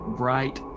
bright